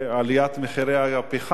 עליית מחירי הפחם